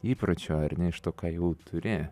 įpročio ar ne iš to ką jau turi